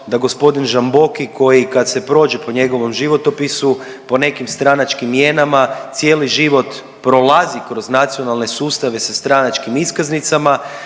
da g. Žamboki koji kad se prođe po njegovom životopisu po nekim stranačkim mijenama cijeli život prolazi kroz nacionalne sustave sa stranačkim iskaznicama.